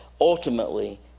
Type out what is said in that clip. ultimately